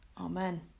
Amen